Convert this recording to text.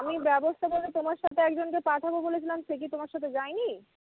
আমি ব্যবস্থা বলতে তোমার সাথে একজনকে পাঠাবো বলেছিলাম সে কি তোমার সাথে যায়নি